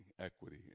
equity